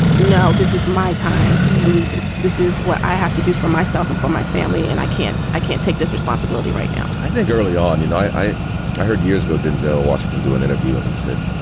no, this is my time and this this is what i have to do for myself and for my family. and i can't i can't take this responsibility right now i think early on, you know, i i i heard years ago, denzel washington do an interview and he said,